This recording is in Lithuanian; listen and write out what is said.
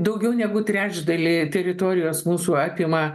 daugiau negu trečdalį teritorijos mūsų apima